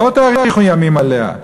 לא תאריכון ימים עליה".